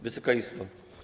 Wysoka Izbo!